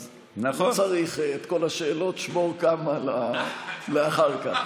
אז לא צריך את כל השאלות, שמור כמה לאחר כך.